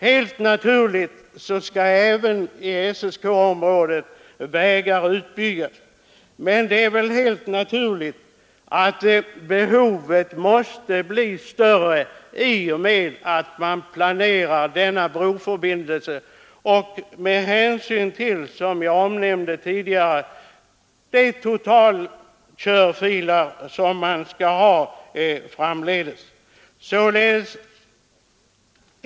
Helt naturligt skall vägarna utbyggas även i SSK-området, men självfallet måste behovet bli större i och med att man planerar denna broförbindelse med, som jag omnämnde tidigare, det antal körfiler som det framdeles blir fråga om.